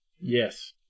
Yes